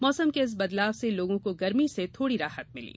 मौसम के इस बदलाव से लोगों को गर्मी से थोड़ी राहत मिली